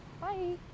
bye